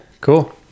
cool